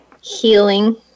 Healing